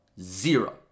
Zero